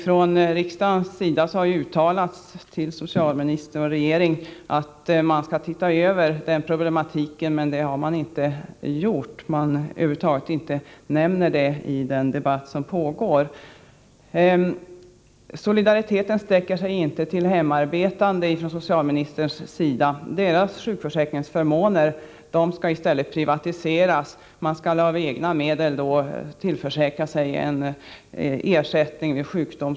Från riksdagens sida har till socialministern och regeringen uttalats att man skall se över den problematiken. Det har man emellertid inte gjort. Man nämner den över huvud taget inte i den debatt som pågår. Från socialministerns sida sträcker sig inte solidariteten till hemarbetande. Deras sjukförsäkringsförmåner skall i stället privatiseras. Man skall som hemarbetande av egna medel tillförsäkra sig en ersättning vid sjukdom.